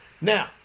Now